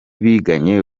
biganye